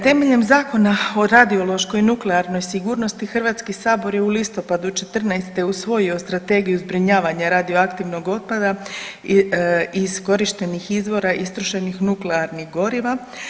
Temeljem Zakona o radiološkoj i nuklearnoj sigurnosti Hrvatski sabor je u listopadu '14. usvojio Strategiju zbrinjavanja radioaktivnog otpada i iskorištenih izvora istrošenih nuklearnih goriva.